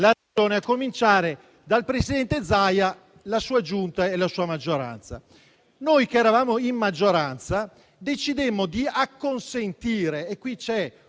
a cominciare dal presidente Zaia, dalla sua Giunta e dalla sua maggioranza. Noi, che eravamo in maggioranza, decidemmo di acconsentire. C'è qui un